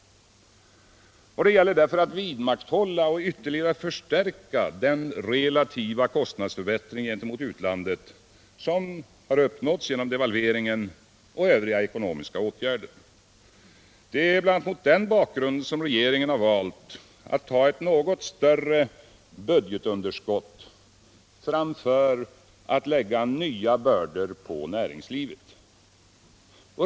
Det gäller därför att vidmakthålla och ytterligare förstärka den relativa kostnadsförbättring gentemot utlandet som uppnåtts genom devalveringen och övriga ekonomiska åtgärder. Det är bl.a. mot den bakgrunden som regeringen valt att ta ett något större budgetunderskott framför att lägga nya bördor på näringslivet.